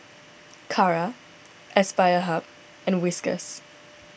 Kara Aspire Hub and Whiskas